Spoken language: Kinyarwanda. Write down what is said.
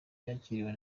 yakiriwe